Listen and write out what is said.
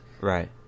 Right